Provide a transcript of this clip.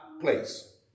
place